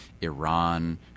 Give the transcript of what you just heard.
Iran